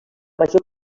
major